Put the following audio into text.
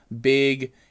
big